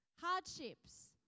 hardships